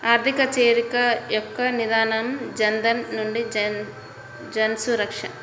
ఆర్థిక చేరిక యొక్క నినాదం జనధన్ నుండి జన్సురక్ష